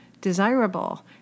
desirable